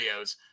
videos